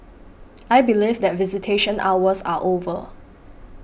I believe that visitation hours are over